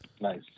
Nice